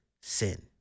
sin